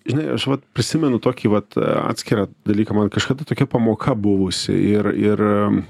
žinai aš vat prisimenu tokį vat atskirą dalyką man kažkada tokia pamoka buvusi ir ir